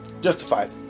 Justified